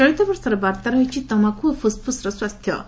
ଚଳିତ ବର୍ଷର ବାର୍ତ୍ତା ରହିଛି ତମାଖୁ ଓ ଫୁସ୍ଫୁସ୍ର ସ୍ୱାସ୍ଥ୍ୟ